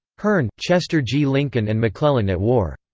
hearn, chester g. lincoln and mcclellan at war.